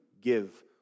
give